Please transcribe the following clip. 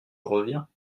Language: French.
reviens